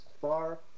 far